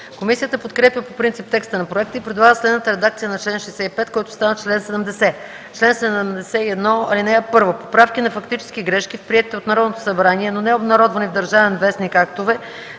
Комисията подкрепя по принцип текста на проекта и предлага следната редакция на чл. 65, който става чл. 71: „Чл. 71. (1) Поправки на фактически грешки в приетите от Народното събрание, но необнародвани в „Държавен вестник” актове,